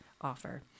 offer